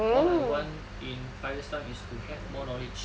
all I want in five years' time is to have more knowledge